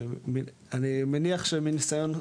אני מניח שמניסיון שלך,